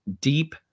deep